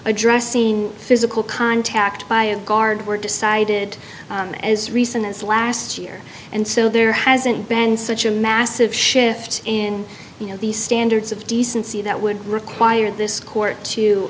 addressing physical contact by a guard were decided as recently as last year and so there hasn't been such a massive shift in the standards of decency that would require this court to